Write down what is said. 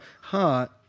heart